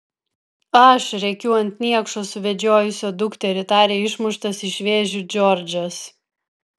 aš rėkiu ant niekšo suvedžiojusio dukterį tarė išmuštas iš vėžių džordžas